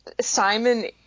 Simon